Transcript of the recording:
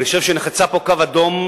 אני חושב שנחצה פה קו אדום,